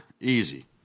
Easy